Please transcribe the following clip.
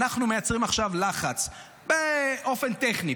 אנחנו מייצרים עכשיו לחץ באופן טכני,